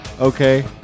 okay